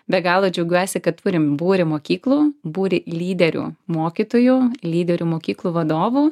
be galo džiaugiuosi kad turim būrį mokyklų būrį lyderių mokytojų lyderių mokyklų vadovų